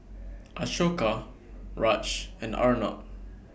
Ashoka Raj and Arnab